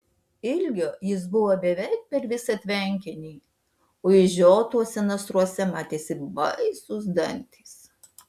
ilgio jis buvo beveik per visą tvenkinį o išžiotuose nasruose matėsi baisūs dantys